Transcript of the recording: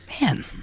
man